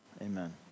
Amen